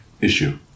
issue